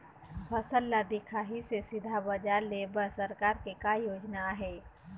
फसल ला दिखाही से सीधा बजार लेय बर सरकार के का योजना आहे?